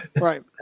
Right